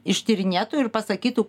ištyrinėtų ir pasakytų